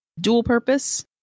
dual-purpose